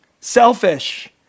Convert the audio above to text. Selfish